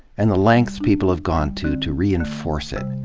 and the lengths people have gone to, to reinforce it,